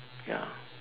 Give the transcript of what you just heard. ya